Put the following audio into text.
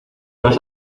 vas